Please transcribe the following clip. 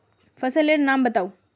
फसल लेर नाम बाताउ?